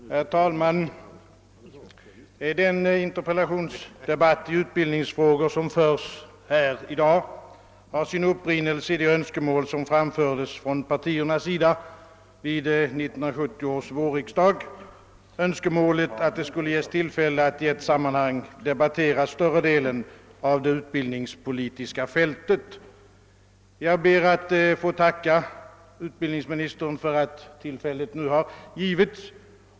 Herr talman! Den interpellationsdebatt i utbildningsfrågor som förs i dag har sin upprinnelse i det önskemål, som olika partier framförde vid 1970 års: vårriksdag, om att det skulle ges tillfälle att i ett sammanhang diskutera större delen av det utbildningspolitiska fältet. Jag ber att få tacka utbildningsministern för att tillfället nu har givits.